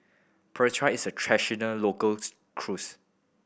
Pretzel is a local cuisine